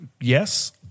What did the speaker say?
Yes